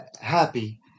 happy